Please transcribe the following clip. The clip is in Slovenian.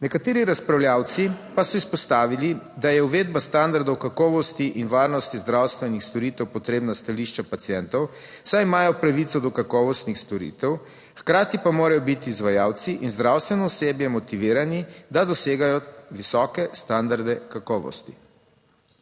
Nekateri razpravljavci pa so izpostavili, da je uvedba standardov kakovosti in varnosti zdravstvenih storitev potrebna s stališča pacientov, saj imajo pravico do kakovostnih storitev, hkrati pa morajo biti izvajalci in zdravstveno osebje motivirani, da dosegajo visoke standarde kakovosti.